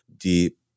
deep